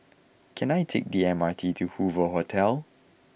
can I take the M R T to Hoover Hotel